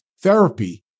Therapy